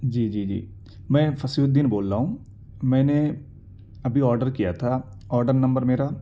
جی جی جی میں فصیح الدین بول رہا ہوں میں نے ابھی آڈر کیا تھا آڈر نمبر میرا